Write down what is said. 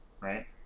right